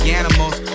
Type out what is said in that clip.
animals